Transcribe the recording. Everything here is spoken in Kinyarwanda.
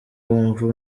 wumva